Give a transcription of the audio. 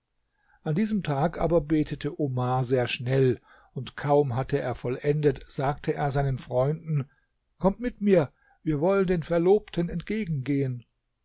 an diesem tag aber betete omar sehr schnell und kaum hatte er vollendet sagte er seinen freunden kommt mit mir wir wollen den verlobten entgegengehen